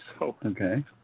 Okay